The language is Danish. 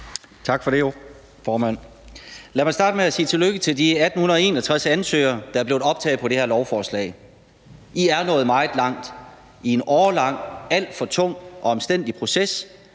Tak for det, formand. Lad mig starte med at sige tillykke til de 1.861 ansøgere, der er blevet optaget på det her lovforslag. I er nået meget langt i en årelang, alt for tung og omstændelig proces,